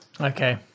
Okay